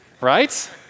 Right